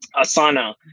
Asana